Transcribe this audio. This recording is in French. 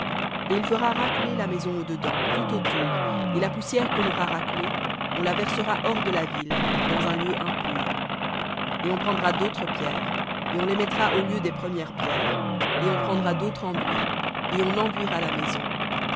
et il fera râcler la maison au dedans tout autour et la poussière qu'on aura râclée on la versera hors de la ville dans un lieu impur et on prendra d'autres pierres et on les mettra au lieu des pierres et on prendra d'autre enduit et on enduira la maison